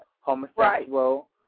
homosexual